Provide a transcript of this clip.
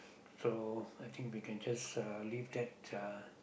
so I think we can just uh leave that uh